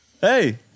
Hey